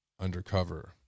undercover